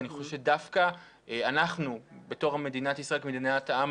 אני חושב שדווקא אנחנו בתור מדינת ישראל כמדינת העם